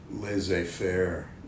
laissez-faire